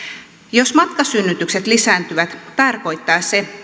jos matkasynnytykset lisääntyvät tarkoittaa se